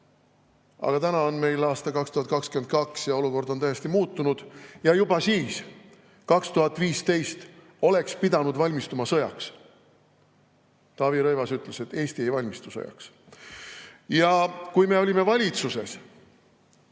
Aga täna on meil aasta 2022 ja olukord on täiesti muutunud. Juba siis, 2015, oleks pidanud valmistuma sõjaks. Taavi Rõivas ütles, et Eesti ei valmistu sõjaks. Kui me olime valitsuses,